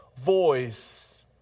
voice